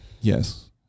Yes